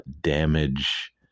damage